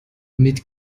mit